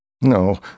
No